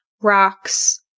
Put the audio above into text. rocks